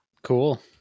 Cool